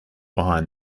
behind